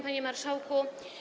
Panie Marszałku!